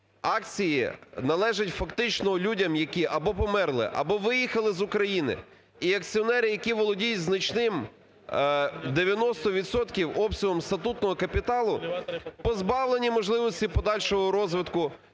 акції належать фактично людям, які або померли, або виїхали з України, і акціонери, які володіють значним, 90 відсотків, обсягом статутного капіталу, позбавлені можливості подальшого розвитку